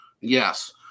yes